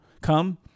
come